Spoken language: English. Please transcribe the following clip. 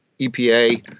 EPA